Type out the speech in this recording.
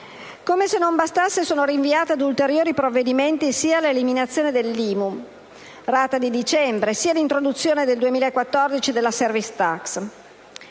Come se non bastasse, sono rinviate ad ulteriori provvedimenti sia l'eliminazione dell'IMU (rata di dicembre), sia l'introduzione dal 2014 della *service tax*.